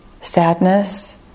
sadness